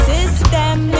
System